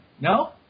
No